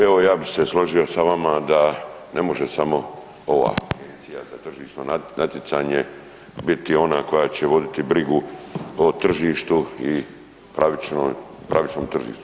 Evo ja bi se složio s vama da ne može samo Agencija za tržišno natjecanje biti ona koja će voditi brigu o tržištu i pravičnom tržištu.